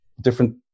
different